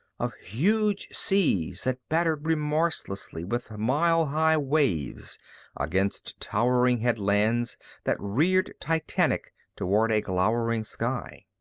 of huge seas that battered remorselessly with mile-high waves against towering headlands that reared titanic toward a glowering sky.